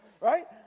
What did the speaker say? right